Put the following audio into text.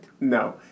No